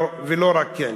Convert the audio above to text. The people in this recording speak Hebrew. ולא רק הם.